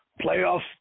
Playoffs